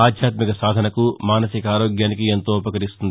ఆధ్యాత్మిక సాధనకు మానసిక ఆరోగ్యానికి ఎంతో ఉపకరిస్తుంది